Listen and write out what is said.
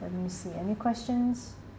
let me see any questions